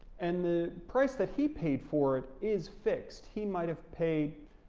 and the price that he paid for it is fixed, he might have paid